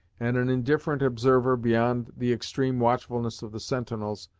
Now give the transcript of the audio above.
and an indifferent observer, beyond the extreme watchfulness of the sentinels,